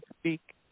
speak